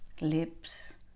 lips